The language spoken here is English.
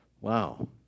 Wow